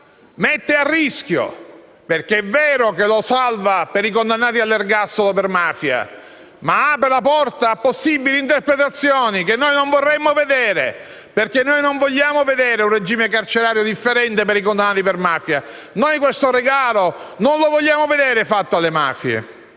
mette a rischio. È vero che lo salva per i condannati all'ergastolo per mafia, ma apre la porta a possibili interpretazioni che non vorremmo vedere, perché non vogliamo assistere a un regime carcerario differente per i condannati per mafia. Non vogliamo veder fare questo regalo alle mafie.